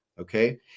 okay